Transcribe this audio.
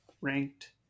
ranked